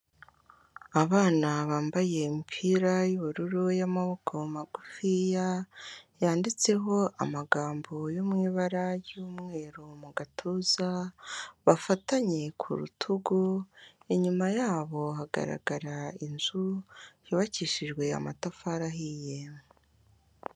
Abana bambaye imipira y'ubururu y'amaboko magufiya, yanditseho amagambo yo mu ibara y'umweru mu gatuza bafatanye ku rutugu, inyuma yabo hagaragara inzu yubakishijwe amatafari ahiye.